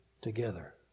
together